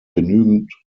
genügend